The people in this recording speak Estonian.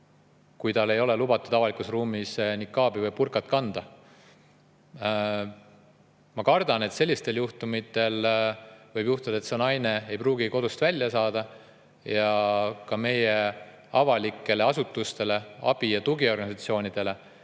kui tal ei ole lubatud avalikus ruumis nikaabi või burkat kanda. Ma kardan, et sellisel juhul võib juhtuda, et see naine ei pruugi kodust välja saada ja ka meie avalikele asutustele, abi- ja tugiorganisatsioonidele